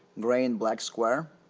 gray and black square.